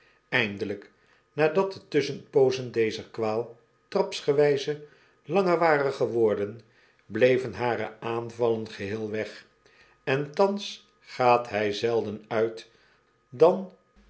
eindelijk nadat de tusschenpoozen dezer kwaal trapsgewijze langer waren geworden bleven hare aanvallen geheel weg en thans gaat hjj zelden uit dan